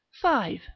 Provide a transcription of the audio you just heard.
five